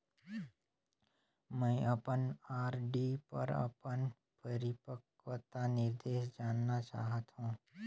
मैं अपन आर.डी पर अपन परिपक्वता निर्देश जानना चाहत हों